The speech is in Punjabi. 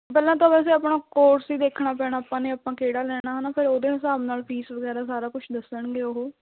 ਪਹਿਲਾਂ ਤਾਂ ਵੈਸੇ ਆਪਣਾ ਕੋਰਸ ਹੀ ਦੇਖਣਾ ਪੈਣਾ ਆਪਾਂ ਨੇ ਆਪਾਂ ਕਿਹੜਾ ਲੈਣਾ ਹੈ ਨਾ ਫਿਰ ਉਹਦੇ ਹਿਸਾਬ ਨਾਲ ਫੀਸ ਵਗੈਰਾ ਸਾਰਾ ਕੁਛ ਦੱਸਣਗੇ ਉਹ